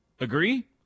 Agree